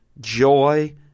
joy